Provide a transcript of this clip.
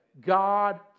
God